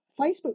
Facebook